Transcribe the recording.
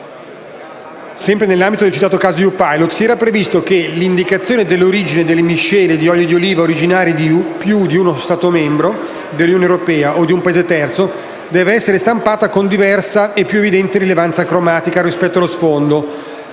sempre nell'ambito del citato caso EU Pilot, si era previsto che «L'indicazione dell'origine delle miscele di oli di oliva originari di più di uno Stato membro dell'Unione europea o di un Paese terzo (...), deve essere stampata (...) con diversa e più evidente rilevanza cromatica rispetto allo sfondo,